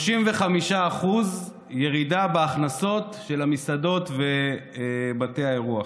35% ירידה בהכנסות של המסעדות ובתי האירוח.